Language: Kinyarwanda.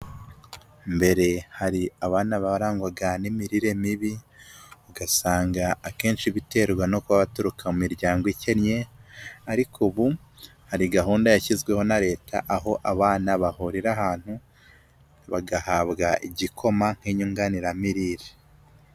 Mbere hari abana barangwaga n'imirire mibi, ugasanga akenshi biterwa no kuba baturuka mu miryango ikennye, ariko ubu hari gahunda yashyizweho na leta, aho abana bahurira ahantu bagahabwa igikoma nk'inyunganiramirire.